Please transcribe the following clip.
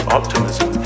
optimism